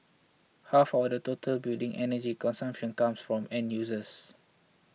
half of the total building energy consumption comes from end users